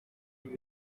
zose